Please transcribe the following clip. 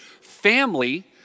family